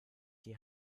die